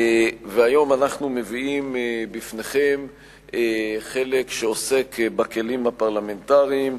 והיום אנחנו מביאים בפניכם חלק שעוסק בכלים הפרלמנטריים,